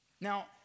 Now